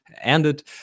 ended